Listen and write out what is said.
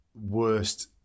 worst